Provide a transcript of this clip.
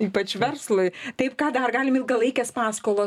ypač verslui taip ką dar galim ilgalaikės paskolos